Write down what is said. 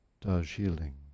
Darjeeling